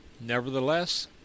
Nevertheless